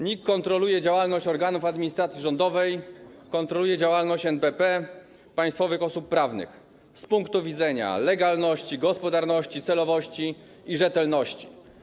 NIK kontroluje działalność organów administracji rządowej, kontroluje działalność NBP i państwowych osób prawnych z punktu widzenia legalności, gospodarności, celowości i rzetelności.